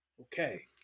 okay